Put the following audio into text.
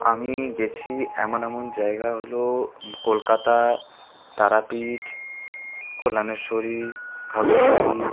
আমি গেছি এমন এমন জায়গা হলো কলকাতা তারাপীঠ কল্যানেশ্বরী ভাগলপুরী